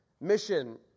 mission